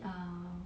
err